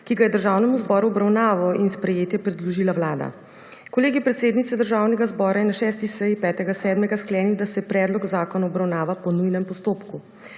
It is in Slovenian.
ki ga je Državnemu zboru v obravnavo in sprejetje predložila Vlada. Kolegij predsednice Državnega zbora je na 6. seji 5. 7. sklenil, da se predlog zakona obravnava po nujnem postopku.